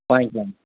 வாய்ங்கலாம்